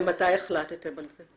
ומתי החלטתם על זה?